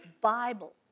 Bible